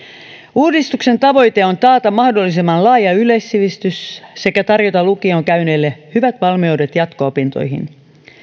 uudistuksen tavoite on taata mahdollisimman laaja yleissivistys sekä tarjota lukion käyneille hyvät valmiudet jatko opintoihin